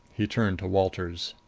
he turned to walters.